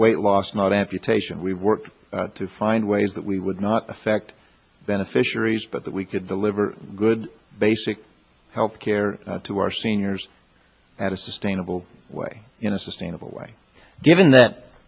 weight loss not amputation we worked to find ways that we would not affect beneficiaries but that we could deliver good basic health care to our seniors at a sustainable way in a sustainable way given that